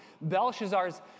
Belshazzar's